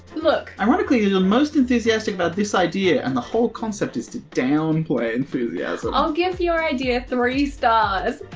look ironically, you're the most enthusiastic about this idea and the whole concept is to down play enthusiasm. i'll give your idea three stars.